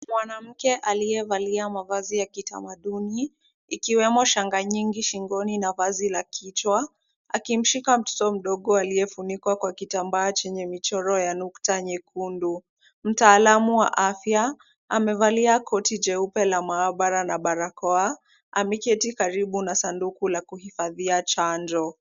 Mwanamke aliyevalia mavazi ya kitamaduni, ikiwemo shanga nyingi shingoni na vazi la kichwa, akimshika mtoto mdogo aliyefunikwa kwa kitambaa chenye michoro ya nukta nyekundu. Mtaalamu wa afya amevalia koti jeupe la maabara na barakoa. Ameketi karibu na sanduku la kuhifadhia chanjo.